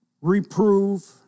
reprove